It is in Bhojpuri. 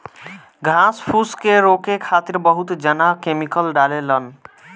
घास फूस के रोके खातिर बहुत जना केमिकल डालें लन